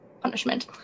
punishment